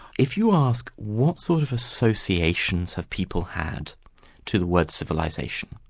if you ask what sort of associations have people had to the word civilisation,